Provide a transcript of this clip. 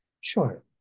Sure